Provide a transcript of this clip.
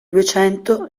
duecento